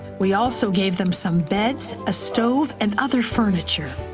we also gave them some beds, a stove and other furniture.